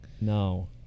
No